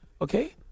Okay